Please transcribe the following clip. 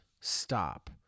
stop